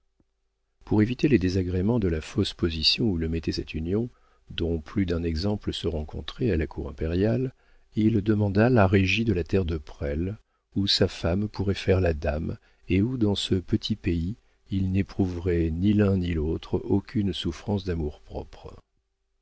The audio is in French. pour éviter les désagréments de la fausse position où le mettait cette union dont plus d'un exemple se rencontrait à la cour impériale il demanda la régie de la terre de presles où sa femme pourrait faire la dame et où dans ce petit pays ils n'éprouveraient ni l'un ni l'autre aucune souffrance